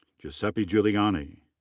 giuseppe giuliani.